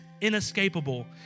inescapable